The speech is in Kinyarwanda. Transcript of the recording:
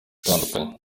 itandukanye